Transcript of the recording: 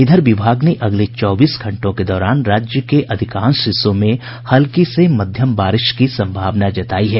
इधर विभाग ने अगले चौबीस घंटों के दौरान राज्य के अधिकांश हिस्सों में हल्की से मध्यम बारिश की संभावना जतायी है